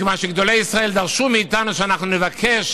מכיוון שגדולי ישראל דרשו מאיתנו שנבקש